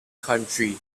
county